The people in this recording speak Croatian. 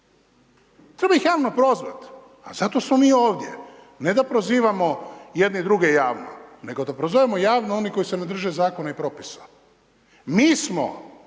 Treba ih javno prozvat, pa zato smo mi ovdje, ne da prozivamo jedni druge javno nego da prozovemo javno one koji se ne drže zakona i propisa. Mi smo